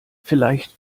vielleicht